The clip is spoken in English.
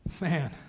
man